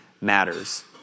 matters